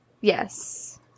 Yes